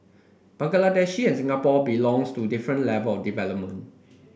Bangladesh and Singapore belongs to different level of development